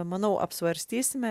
manau apsvarstysime